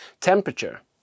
temperature